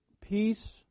peace